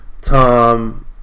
Tom